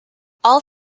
all